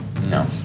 No